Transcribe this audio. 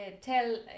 tell